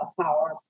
Power